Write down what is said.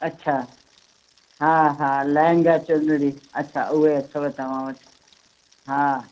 अच्छा हा हा लहंगा चुनरी अच्छा उहे अथव तव्हां वटि हा